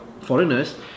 foreigners